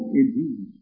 indeed